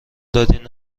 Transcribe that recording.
دادین